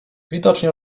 widocznie